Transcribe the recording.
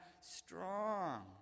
strong